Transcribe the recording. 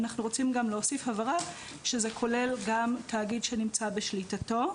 אנחנו רוצים גם להוסיף הבהרה ולומר שזה כולל גם תאגיד שנמצא בשליטתו.